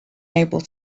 able